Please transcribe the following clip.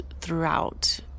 throughout